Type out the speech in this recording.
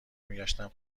میگشتم